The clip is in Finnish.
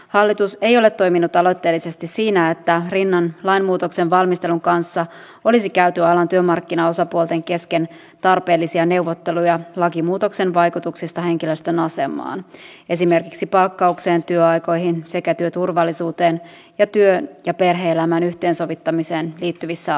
hallitus ei ole toiminut aloitteellisesti siinä että rinnan lainmuutoksen valmistelun kanssa olisi käyty alan työmarkkinaosapuolten kesken tarpeellisia neuvotteluja lakimuutoksen vaikutuksista henkilöstön asemaan esimerkiksi palkkaukseen työaikoihin sekä työturvallisuuteen ja työn ja perhe elämän yhteensovittamiseen liittyvissä asioissa